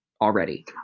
already